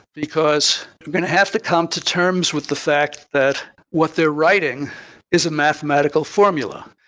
because you're going to have to come to terms with the fact that what they're writing is a mathematical formula.